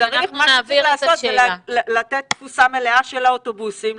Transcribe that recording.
צריך לתת תפוסה מלאה של האוטובוסים,